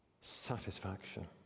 satisfaction